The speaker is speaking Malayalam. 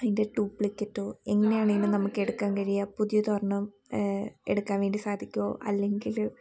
അതിൻ്റെ ഡൂപ്ലിക്കറ്റോ എങ്ങനെയാണിതിന് നമുക്ക് എടുക്കാൻ കഴിയുക പുതിയതൊരണ്ണം എടുക്കാൻ വേണ്ടി സാധിക്കുമോ അല്ലെങ്കിൽ